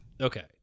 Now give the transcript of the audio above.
Okay